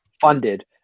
funded